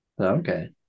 Okay